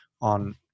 on